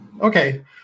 Okay